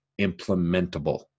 implementable